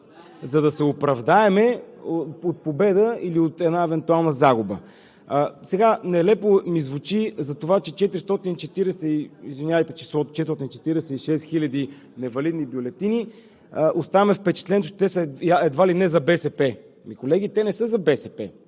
за да се оправдаем от победа или от една евентуална загуба. Нелепо ми звучи за това, че 446 хиляди невалидни бюлетини… Оставаме с впечатлението, че те са едва ли не за БСП. Колеги, те не са за БСП.